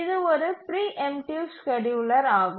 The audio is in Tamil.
இது ஒரு பிரீஎம்ட்டிவ் ஸ்கேட்யூலர் ஆகும்